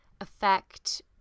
affect